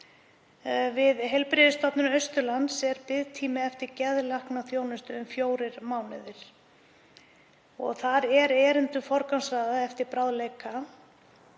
Við Heilbrigðisstofnun Austurlands er biðtími eftir geðlæknaþjónustu um fjórir mánuðir og þar er erindum forgangsraðað eftir bráðleika.